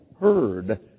heard